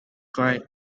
great